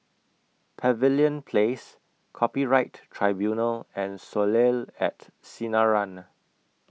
Pavilion Place Copyright Tribunal and Soleil At Sinaran